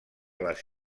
les